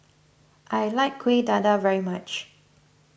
I like Kuih Dadar very much